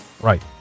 right